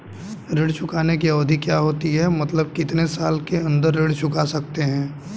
ऋण चुकाने की अवधि क्या होती है मतलब कितने साल के अंदर ऋण चुका सकते हैं?